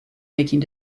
making